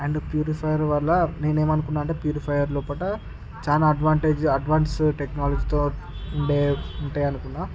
and purifier వల్ల నేను ఏమనుకున్నానంటే ప్యూరిఫయర్ లోపల చాలా అడ్వాంటేజ్ అడ్వాన్స్ టెక్నాలజీతో ఉండే ఉంటాయి అనుకున్న